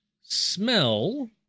smell